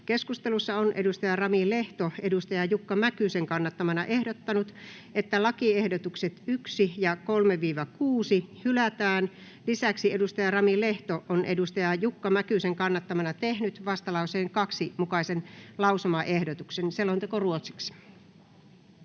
Keskustelussa on Rami Lehto Jukka Mäkysen kannattamana ehdottanut, että lakiehdotukset 1. ja 3.—6. hylätään. Lisäksi Rami Lehto on Jukka Mäkysen kannattamana tehnyt vastalauseen 2 mukaisen lausumaehdotuksen. [Speech 9] Speaker: